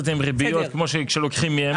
את זה עם ריביות כמו שלוקחים מהם.